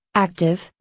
active,